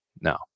No